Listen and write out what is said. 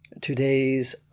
Today's